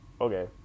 Okay